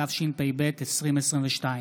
התשפ"ב 2022,